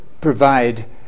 provide